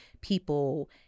people